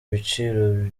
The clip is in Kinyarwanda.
ibiciro